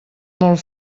molt